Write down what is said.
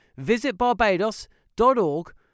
visitbarbados.org